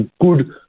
good